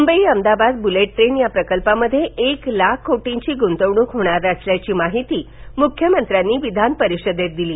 Mumbai Ahmedabad bullet train या प्रकल्पामध्ये एक लाख कोटीची गुंतवणूक होणार असल्याची माहिती मुख्यमंत्र्यांनी विधानपरिषदेत दिली